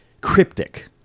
cryptic